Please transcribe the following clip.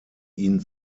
ihn